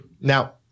now